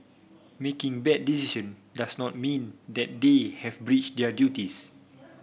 making bad decision does not mean that they have breached their duties